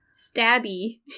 stabby